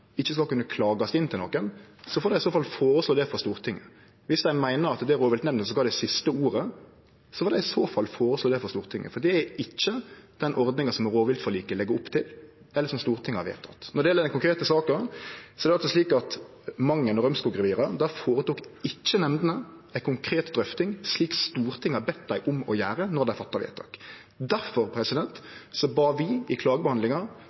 ikkje skal kunne ankast, ikkje skal kunne klagast inn til nokon, får dei i så fall føreslå det for Stortinget. Viss dei meiner at rovviltnemndene skal ha det siste ordet, får dei i så fall føreslå det for Stortinget. For det er ikkje den ordninga som rovviltforliket legg opp til, eller som Stortinget har vedteke. Når det gjeld denne konkrete saka, er det slik at for Mangen-reviret og Rømskog-reviret føretok ikkje nemndene ei konkret drøfting, slik Stortinget hadde bede dei om å gjere, då dei fatta vedtaka. Difor bad vi i